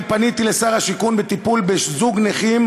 אני פניתי לשר השיכון לגבי טיפול בזוג נכים